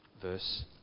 verse